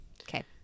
Okay